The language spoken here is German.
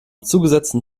zugesetzten